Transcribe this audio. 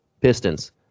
Pistons